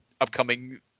upcoming